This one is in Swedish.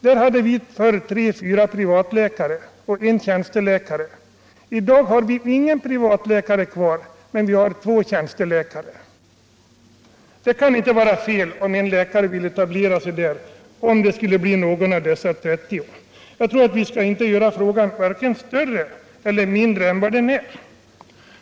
Där hade vi förr tre fyra privatläkare och en tjänsteläkare. I dag har vi ingen privatläkare kvar, men vi har två tjänsteläkare. Det kan inte vara fel om en läkare vill etablera sig där och om det skulle bli någon av dessa 30. Jag tror att vi inte skall göra frågan vare sig större eller mindre än vad den är.